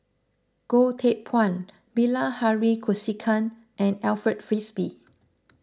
Goh Teck Phuan Bilahari Kausikan and Alfred Frisby